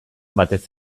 batez